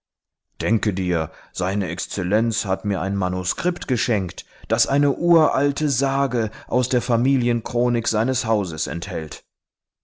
denke dir seine exzellenz hat mir ein manuskript geschenkt das eine uralte sage aus der familienchronik seines hauses enthält